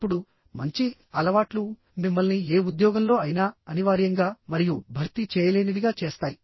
ఇప్పుడు మంచి అలవాట్లు మిమ్మల్ని ఏ ఉద్యోగంలో అయినా అనివార్యంగా మరియు భర్తీ చేయలేనివిగా చేస్తాయి